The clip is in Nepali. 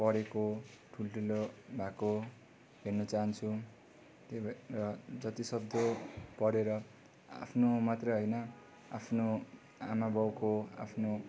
पढेको ठुलठुलो भएको हेर्न चाहन्छु त्यही भएर जतिसक्दो पढेर आफ्नो मात्र होइन आफ्नो आमाबाउको आफ्नो